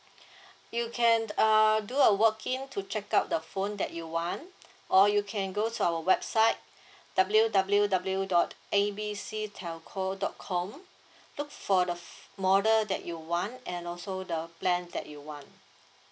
you can uh do a work in to checkout the phone that you want or you can go to our website W W W dot A B C telco dot com look for the model that you want and also the plan that you want